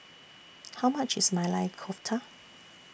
How much IS Maili Kofta